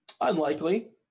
Unlikely